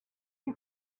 you